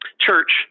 church